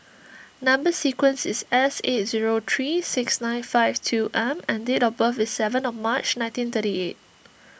Number Sequence is S eight zero three six nine five two M and date of birth is seventh March nineteen thirty eight